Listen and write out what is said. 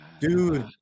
Dude